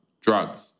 drugs